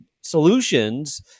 solutions